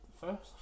First